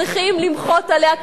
צריכים למחות עליה,